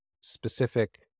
specific